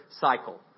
cycle